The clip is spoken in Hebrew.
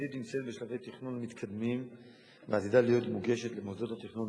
התוכנית נמצאת בשלבי תכנון מתקדמים ועתידה להיות מוגשת למוסדות התכנון